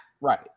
Right